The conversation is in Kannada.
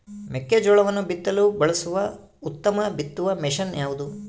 ಮೆಕ್ಕೆಜೋಳವನ್ನು ಬಿತ್ತಲು ಬಳಸುವ ಉತ್ತಮ ಬಿತ್ತುವ ಮಷೇನ್ ಯಾವುದು?